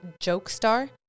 Jokestar